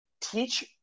teach